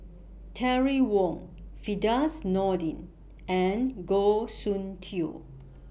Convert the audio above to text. Terry Wong Firdaus Nordin and Goh Soon Tioe